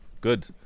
good